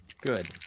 good